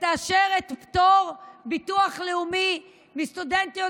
תאשר את הפטור מביטוח לאומי לסטודנטיות